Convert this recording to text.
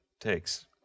takes